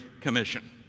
Commission